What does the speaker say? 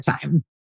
time